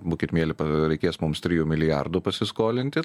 būkit mieli reikės mums trijų milijardų pasiskolinti